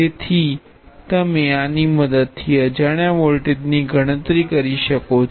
તેથી તમે આની મદદ થી અજાણ્યા વોલ્ટેજની ગણતરી કરી શકો છો